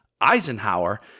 eisenhower